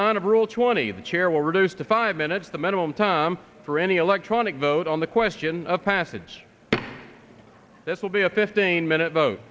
not of rule twenty the chair will reduce to five minutes the minimum time for any electronic vote on the question of passage this will be a fifteen minute vote